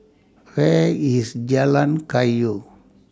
Where IS Jalan Kayu